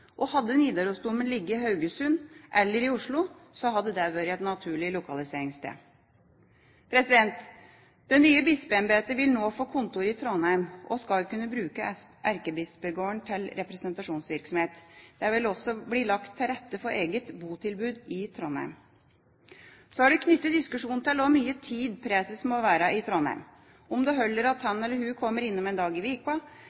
Hadde Nidarosdomen ligget i Haugesund eller i Oslo, hadde det vært et naturlig lokaliseringssted. Det nye bispeembetet vil nå få kontor i Trondheim og skal kunne bruke Erkebispegården til representasjonsvirksomhet. Det vil også bli lagt til rette for eget botilbud i Trondheim. Så er det knyttet diskusjon til hvor mye tid preses må være i Trondheim, om det holder at han